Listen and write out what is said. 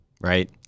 right